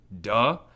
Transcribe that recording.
duh